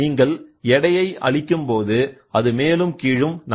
நீங்கள் எடையை அளிக்கும் போது அது மேலும் கீழும் நகரும்